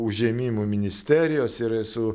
užėmimu ministerijos ir su